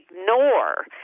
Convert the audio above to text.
ignore